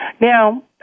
Now